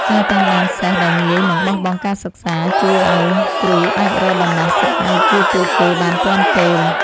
ការតាមដានសិស្សដែលងាយនឹងបោះបង់ការសិក្សាជួយឱ្យគ្រូអាចរកដំណោះស្រាយជួយពួកគេបានទាន់ពេល។